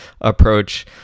approach